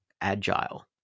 agile